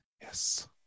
Yes